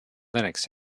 linux